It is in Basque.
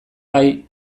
bai